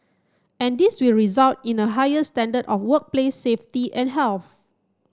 and this will result in a higher standard of workplace safety and health